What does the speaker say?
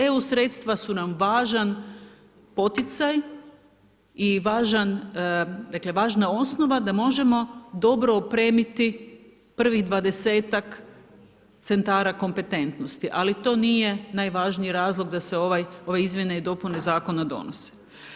EU sredstva su nam važan poticaj i važna osnova da možemo dobro opremiti prvih 20-ak centara kompetentnosti, ali to nije najvažniji razlog da se ove izmjene i dopune Zakona donose.